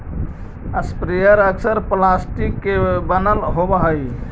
sprayer अक्सर plastic के बनल होवऽ हई